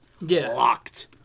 locked